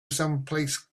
someplace